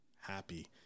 happy